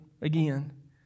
again